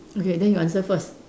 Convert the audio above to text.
okay then you answer first